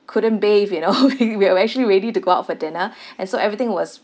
couldn't bathe you know we we were actually ready to go out for dinner and so everything was